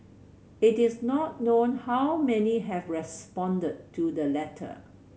it is not known how many have responded to the letter